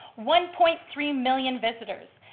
one point three million visitors.